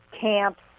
camps